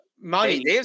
money